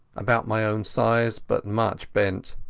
about my own size but much bent,